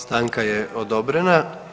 Stanka je odobrena.